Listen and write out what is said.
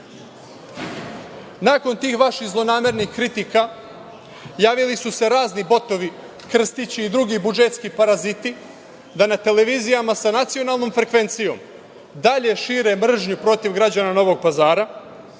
tih vaših zlonamernih kritika javili su se razni botovi, Krstići i drugi budžetski paraziti, da na televizijama sa nacionalnom frekvencijom dalje šire mržnju protiv građana Novog Pazara